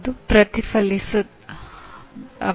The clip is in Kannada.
ಬೋಧಕ ವಸ್ತುಗಳನ್ನು ಬೋಧಕರು ಬಳಸುತ್ತಾರೆ